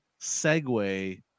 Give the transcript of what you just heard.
segue